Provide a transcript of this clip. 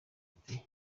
ati